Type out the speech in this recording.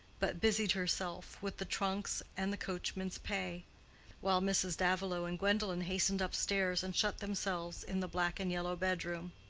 but busied herself with the trunks and the coachman's pay while mrs. davilow and gwendolen hastened up-stairs and shut themselves in the black and yellow bedroom.